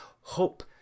hope